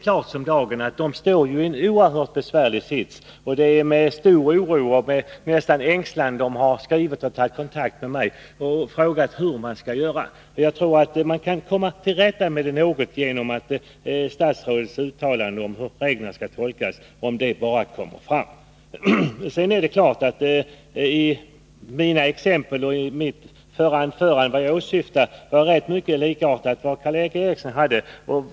Dessa människor står i en oerhört besvärlig situation. Det är med stor oro och nästan ängslan som de har tagit kontakt med mig och frågat hur de skall göra. Jag anser att man kan komma till rätta något med detta genom att statsrådets uttalande om hur reglerna skall tolkas får spridning. Det jag åsyftade med exemplen i mitt förra anförande var rätt likartat det Karl Erik Eriksson framförde.